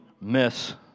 miss